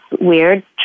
weird